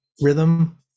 rhythm